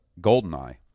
Goldeneye